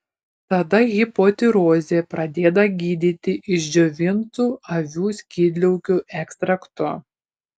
tada hipotirozė pradėta gydyti išdžiovintu avių skydliaukių ekstraktu